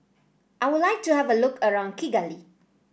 I would like to have a look around Kigali